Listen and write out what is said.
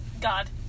God